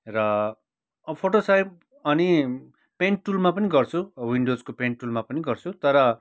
र फोटोसप अनि पेन्ट टुलमा पनि गर्छु विन्डोजको पेन्ट टुलमा पनि गर्छु तर